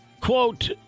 quote